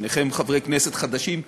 ושניכם חברי כנסת חדשים,